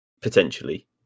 Potentially